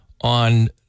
on